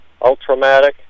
Ultramatic